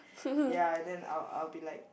ya and then I'll I will be like